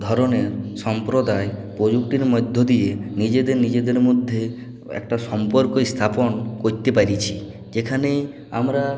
ধরনের সম্প্রদায় প্রযুক্তির মধ্য দিয়ে নিজেদের নিজেদের মধ্যে একটা সম্পর্ক স্থাপন করতে পেরেছি যেখানে আমরা